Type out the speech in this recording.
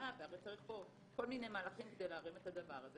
הרי צריך פה כל מיני מהלכים כדי להרים את הדבר הזה.